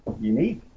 Unique